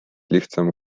lihtsam